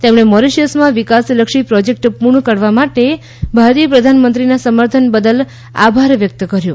તેમણે મોરિશિયસમાં વિકાસલક્ષી પ્રોજેક્ટ પૂર્ણ કરવા માટે ભારતીય પ્રધાનમંત્રીના સમર્થન બદલ આભાર વ્યક્ત કર્યો